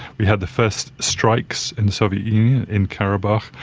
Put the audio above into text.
we had the first strikes in the soviet union in karabakh.